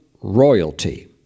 royalty